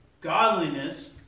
Godliness